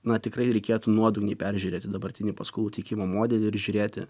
nuo tikrai reikėtų nuodugniai peržiūrėti dabartinį paskolų teikimo modelį ir žiūrėti